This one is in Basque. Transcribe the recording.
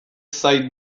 zait